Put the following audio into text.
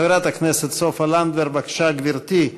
חברת הכנסת סופה לנדבר, בבקשה, גברתי.